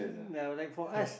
uh like for us